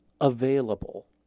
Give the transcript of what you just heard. available